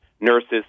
nurses